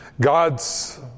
God's